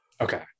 okay